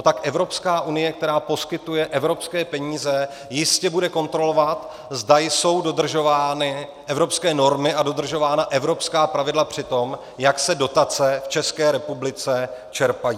Tak Evropská unie, která poskytuje evropské peníze, jistě bude kontrolovat, zda jsou dodržovány evropské normy a dodržována evropská pravidla při tom, jak se dotace v České republice čerpají.